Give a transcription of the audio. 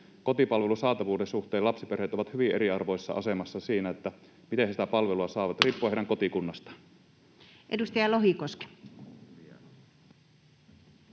kotipalvelun saatavuuden suhteen lapsiperheet ovat hyvin eriarvoisessa asemassa siinä, miten he sitä palvelua saavat, riippuen heidän kotikunnastaan. Edustaja Lohikoski.